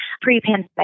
pre-pandemic